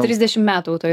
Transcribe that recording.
trisdešim metų jau toj